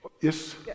yes